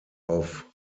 auf